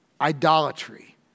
idolatry